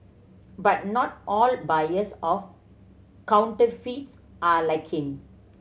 but not all buyers of counterfeits are like him